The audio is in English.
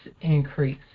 increase